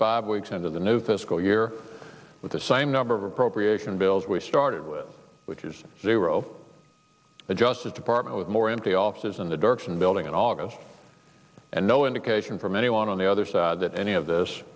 five weeks into the new fiscal year with the same number of appropriation bills we started with which is zero a justice department with more empty offices in the dirksen building in august and no indication from anyone on the other side that any of this